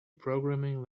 programming